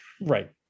Right